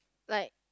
like